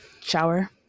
shower